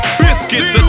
biscuits